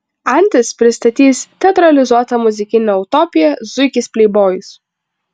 antis pristatys teatralizuotą muzikinę utopiją zuikis pleibojus